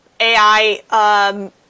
AI